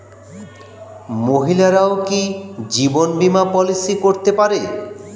মহিলারাও কি জীবন বীমা পলিসি করতে পারে?